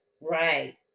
right